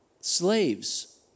slaves